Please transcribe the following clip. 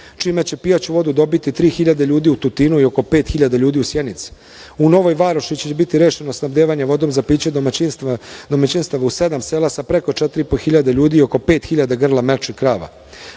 čime će pijaću vodu dobiti 3.000 ljudi u Tutinu i oko 5.000 ljudi u Sjenici. U Novoj Varoši biće rešeno snabdevanje vodom za piće domaćinstava u sedam sela sa preko 4,5 hiljade ljudi i oko 5.000 grla mlečnih krava.U